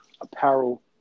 apparel